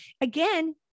again